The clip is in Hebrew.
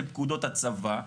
אלה פקודות הצבא.